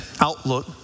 outlook